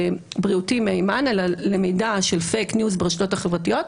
בריאותי מהימן אלא מידע של "פייק ניוז" ברשתות החברתיות,